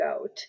out